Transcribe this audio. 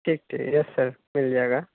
ٹھیک ٹھیک yes sir مل جائے گا